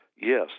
Yes